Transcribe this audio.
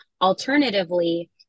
Alternatively